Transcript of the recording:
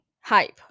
hype